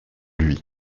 lui